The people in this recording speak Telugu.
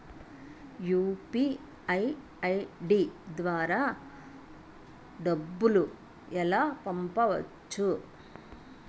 యు.పి.ఐ ఐ.డి ద్వారా డబ్బులు ఎలా పంపవచ్చు?